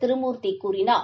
திருமூர்த்திகூறினார்